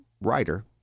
writer